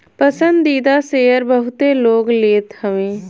पसंदीदा शेयर बहुते लोग लेत हवे